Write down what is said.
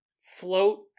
float